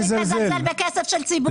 מזלזל בכסף של ציבור.